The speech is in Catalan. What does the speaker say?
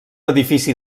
edifici